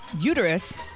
Uterus